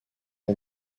ont